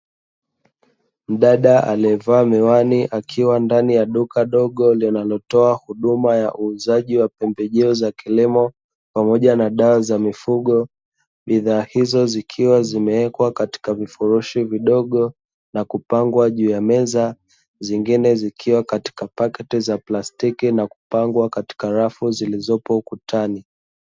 Mdada aliyevaa miwani akiwa ndani ya duka dogo linalotoa huduma ya uuzaji wa pembejeo za kilimo, pamoja na dawa za mifugo. Bidhaa hizo zikiwa zimewekwa katika vifurushi vidogo na kupangwa juu ya meza, zingine zikiwa katika paketi za plastiki na kupangwa katika rafu zilizopo ukutani.